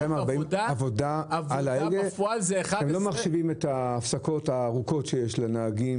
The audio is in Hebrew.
ולא מחשיבים את ההפסקות הארוכות שיש לנהגים.